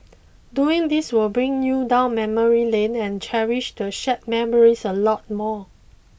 doing this will bring you down memory lane and cherish the shared memories a lot more